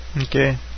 Okay